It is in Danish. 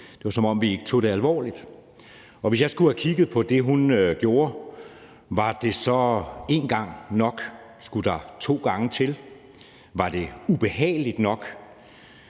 Det var, som om vi ikke tog det alvorligt. Hvis jeg skulle have kigget på det, hun gjorde, var én gang så nok, eller skulle der to gange til, var det ubehageligt nok?